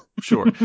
sure